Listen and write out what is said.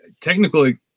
technically